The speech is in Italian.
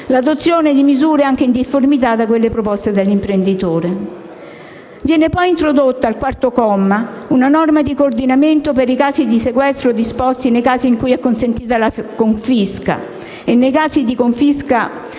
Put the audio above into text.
l'adozione di misure anche in difformità da quelle proposte dall'imprenditore. Viene poi introdotta, al quarto comma, una norma di coordinamento per i casi di sequestro disposto nei casi in cui è consentita la confisca e nei casi di confisca